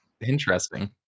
Interesting